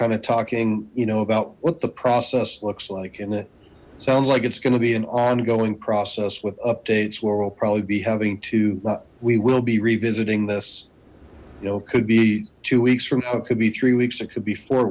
kind of talking you know about what the process looks like in it sounds like it's gonna be an ongoing process with updates where we'll probably be having to we will be revisiting this you know could be two weeks from how it could be three weeks it could be four